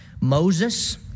Moses